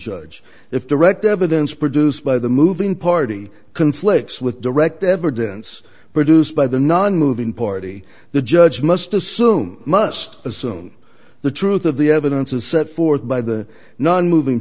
judge if the wrecked evidence produced by the moving party conflicts with direct evidence produced by the nonmoving party the judge must assume must assume the truth of the evidence as set forth by the nonmoving